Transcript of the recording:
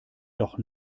doch